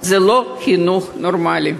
זה לא חינוך נורמלי.